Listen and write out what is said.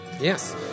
Yes